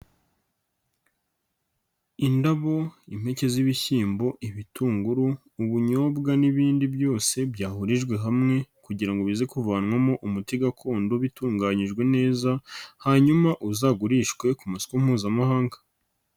Indabo, impeke z'ibishyimbo, ibitunguru, ubunyobwa n'ibindi byose byahurijwe hamwe kugirango bize kuvanwamo umuti gakondo bitunganyijwe neza, hanyuma uzagurishwe ku masoko mpuzamahanga.